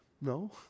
No